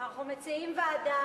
אנחנו מציעים ועדה.